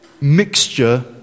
mixture